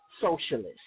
socialist